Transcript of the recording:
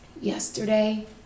yesterday